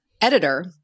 editor